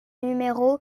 numéro